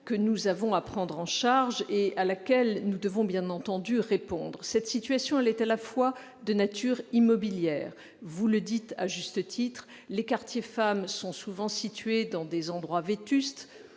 que nous devons prendre en charge et à laquelle nous devons bien entendu trouver des réponses. Cette situation est de nature immobilière. Vous l'avez relevé, à juste titre, les quartiers des femmes sont souvent situés dans des endroits vétustes-